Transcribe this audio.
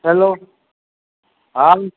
hello હા